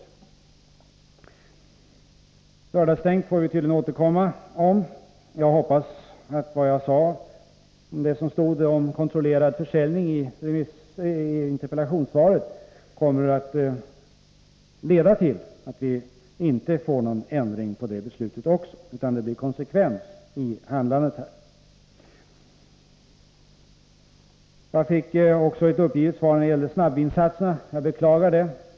Lördagsstängda systembutiker får vi tydligen återkomma till. Jag hoppas att det jag sade om det som stod i interpellationssvaret om kontrollerad försäljning kommer att leda till att vi inte får någon ändring av det beslutet, utan att det blir konsekvens i handlandet. Jag fick också ett uppgivet svar när det gällde snabbvinsatserna. Jag beklagar det.